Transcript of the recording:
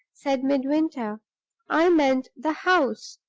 said midwinter i meant the house.